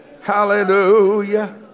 hallelujah